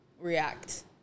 react